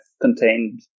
contained